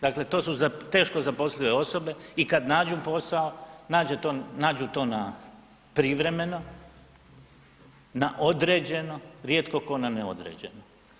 Dakle, to su teško zaposlive osobe i kada nađu posao, nađu to na privremeno, na određeno, rijetko tko na neodređeno.